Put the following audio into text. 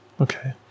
Okay